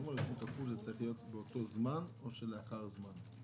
זה צריך להיות באותו זמן או לאחר זמן?